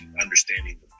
understanding